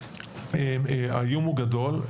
האיום הוא גדול.